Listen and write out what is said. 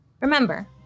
Remember